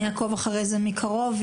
אעקוב אחרי זה מקרוב,